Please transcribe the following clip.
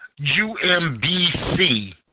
UMBC